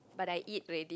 but I eat already